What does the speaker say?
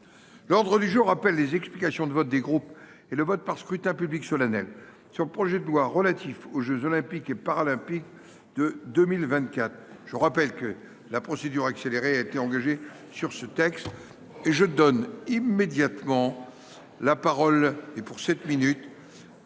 L'ordre du jour appelle les explications de vote, des groupes et le vote par scrutin public solennel sur le projet de loi relatif aux Jeux olympiques et paralympiques de 2024. Je rappelle que la procédure accélérée a été engagée sur ce texte et je donne immédiatement. La parole et pour 7 minutes.